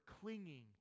clinging